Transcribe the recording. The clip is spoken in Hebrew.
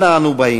אנה אנו באים?